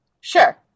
Sure